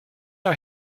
our